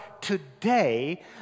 today